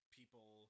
people